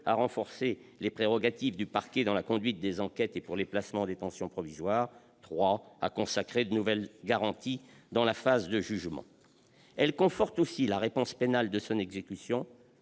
à renforcer les prérogatives du parquet dans la conduite des enquêtes et pour les placements en détention provisoire, à consacrer de nouvelles garanties dans la phase de jugement. Elle conforte aussi la réponse pénale et son exécution